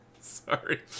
Sorry